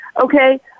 Okay